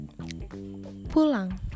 Pulang